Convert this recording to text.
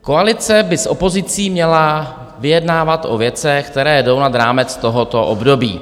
Koalice by s opozicí měla vyjednávat o věcech, které jdou nad rámec tohoto období.